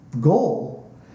goal